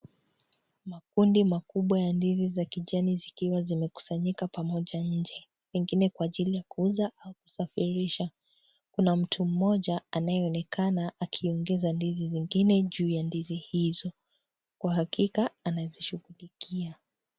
Makundi makubwa ya ndizi za kijani zikiwa zimekusanyika pamoja nje, wengine kwa ajili ya kuuza au kusafirisha, kuna mtu mmoja anayeonekana akiongeza ndizi zingine juu ya ndizi hizo, kwa hakika anazishugulikia.